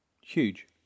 Huge